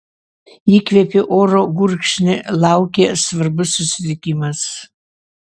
įkvėpiu oro gurkšnį laukia svarbus susitikimas